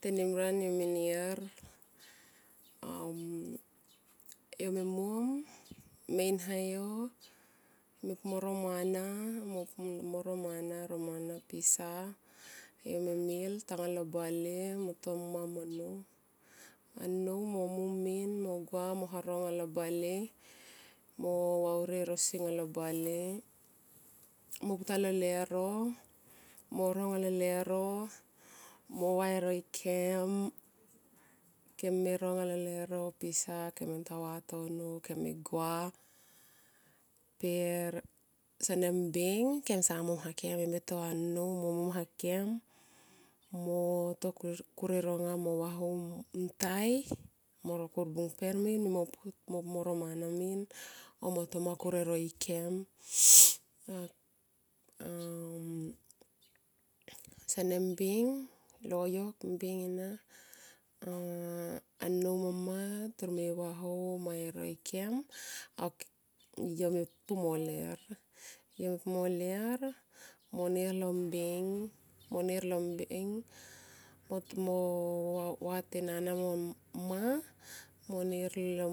Tenimran yo me nir yome mom, yome in ha yo, yome pu mo ro mana, mo pu mo ro mana pisa, yo me mil talo bale mo to amma mo nnou. Annou mo mom min mo gua mo haro anga lo bale mo vauri erosi anga lo bale mo putalo lero, mo ro anga lo lero movae e roi kem. Kem me ronga lo lero pisa keme pu tanga vatono kem me gua senem mbeng kemsa mom he kem yo me to annou mo mom hakem mo to kur e ronga mo vaho mtai mo ro kur bungper min mo pu mo ro mana min o motoma kur e roi kem. a sene mbeng, loyok senebeng ena annou mo mma toro me vaho mae roikem yome pu mo ler monir lo mbeng mo vate nana mo mma mo nir lo